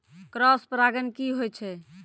Cross परागण की होय छै?